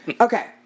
Okay